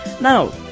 Now